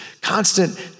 constant